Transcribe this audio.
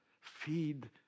Feed